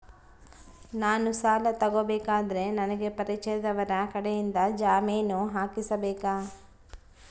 ನಾನು ಸಾಲ ತಗೋಬೇಕಾದರೆ ನನಗ ಪರಿಚಯದವರ ಕಡೆಯಿಂದ ಜಾಮೇನು ಹಾಕಿಸಬೇಕಾ?